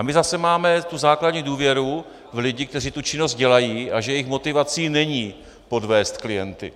My zase máme základní důvěru v lidi, kteří tu činnost dělají, že jejich motivací není podvést klienty.